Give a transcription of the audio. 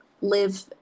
live